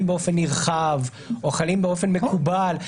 באופן נרחב" או "חלים באופן מקובל".